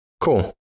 Cool